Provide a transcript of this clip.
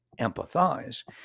empathize